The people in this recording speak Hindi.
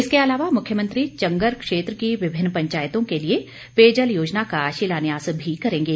इसके अलावा मुख्यमंत्री चंगर क्षेत्र की विभिन्न पंचायतों के लिये पेयजल योजना का शिलान्यास भी करेंगे